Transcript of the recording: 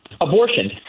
Abortion